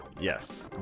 Yes